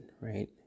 right